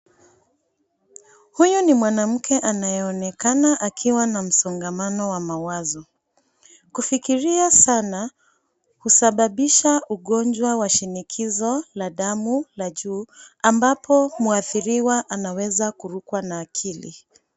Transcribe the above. Huyu ni mwanamke anayeonekana akiwa na msongamano wa mawazo. Kufikiria sana husababisha ugonjwa wa shinikizo la damu la juu ambapo muathiriwa anaweza kurukwa na akili.